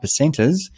percenters